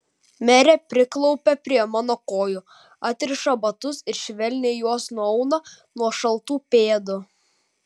merė priklaupia prie mano kojų atriša batus ir švelniai juos nuauna nuo šaltų pėdų